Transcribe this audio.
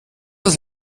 das